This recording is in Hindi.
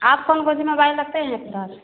आप कौन कौन सी मोबाइल रखते हैं फ़िलहाल